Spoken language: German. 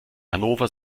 hannover